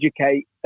educate